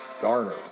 Garner